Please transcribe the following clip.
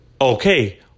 Okay